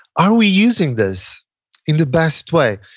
are we using this in the best way?